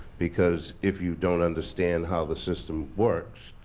because if you don't understand how the system works,